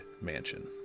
Mansion